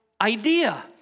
idea